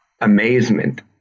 amazement